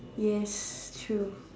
yes true